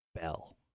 Bell